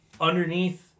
underneath